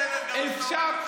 יושב-ראש הכנסת יושב ורואה את זה.